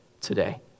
today